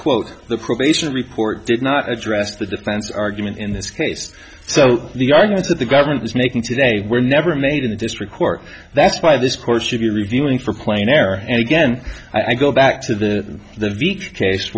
quote the probation report did not address the defense argument in this case so the argument that the government was making today were never made in a district court that's why this course should be reviewing for quain error and again i go back to the the veeck case